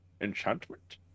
enchantment